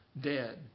dead